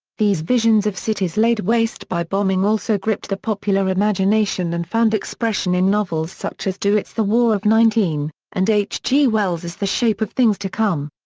these visions of cities laid waste by bombing also gripped the popular imagination and found expression in novels such as douhet's the war of nineteen and h g. wells's the shape of things to come.